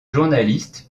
journaliste